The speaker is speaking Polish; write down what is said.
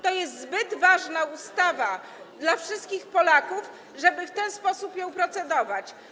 To jest zbyt ważna ustawa dla wszystkich Polaków, żeby w ten sposób nad nią procedować.